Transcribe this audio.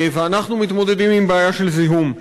ואנחנו מתמודדים עם בעיה של זיהום.